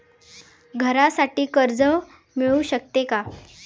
घरासाठी कर्ज मिळू शकते का?